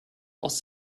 aus